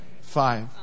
Five